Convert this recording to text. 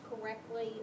correctly